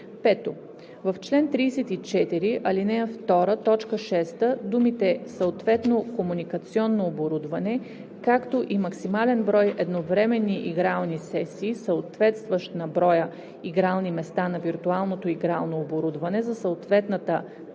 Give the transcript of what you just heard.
5. В чл. 34, ал. 2, т. 6 думите „съответно – комуникационно оборудване, както и максимален брой едновременни игрални сесии, съответстващ на броя игрални места на виртуалното игрално оборудване за съответната